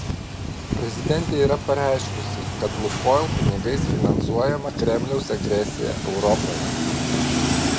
prezidentė yra pareiškusi kad lukoil pinigais finansuojama kremliaus agresija europoje